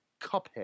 Cuphead